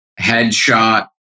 headshot